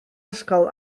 ysgol